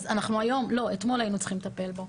אז אנחנו היום לא, אתמול היינו צריכים לטפל בו